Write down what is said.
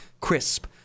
crisp